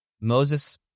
Moses